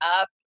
up